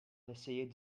essayer